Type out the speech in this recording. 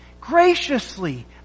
graciously